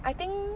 I think